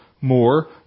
more